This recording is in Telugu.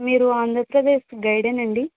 మీరు ఆంధ్రప్రదేశ్ గైడేనా అండి